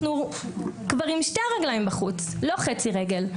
אנחנו כבר עם שתי רגליים בחוץ, לא חצי רגל.